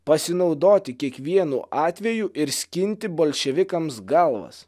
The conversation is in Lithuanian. pasinaudoti kiekvienu atveju ir skinti bolševikams galvas